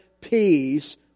peace